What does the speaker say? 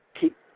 keep